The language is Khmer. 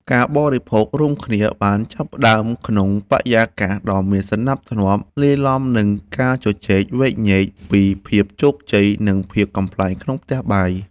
ការបរិភោគរួមគ្នាបានចាប់ផ្ដើមក្នុងបរិយាកាសដ៏មានសណ្ដាប់ធ្នាប់ លាយឡំនឹងការជជែកវែកញែកពីភាពជោគជ័យ និងភាពកំប្លែងក្នុងផ្ទះបាយ។